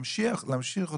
להמשיך אותו,